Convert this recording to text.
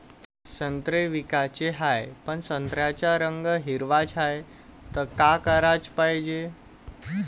संत्रे विकाचे हाये, पन संत्र्याचा रंग हिरवाच हाये, त का कराच पायजे?